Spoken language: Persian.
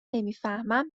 نمیفهمم